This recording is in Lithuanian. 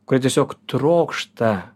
kurie tiesiog trokšta